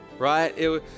Right